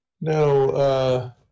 No